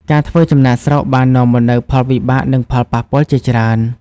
ការធ្វើចំណាកស្រុកបាននាំមកនូវផលវិបាកនិងផលប៉ះពាល់ជាច្រើន។